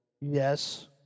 Yes